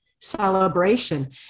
celebration